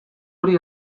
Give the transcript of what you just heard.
hori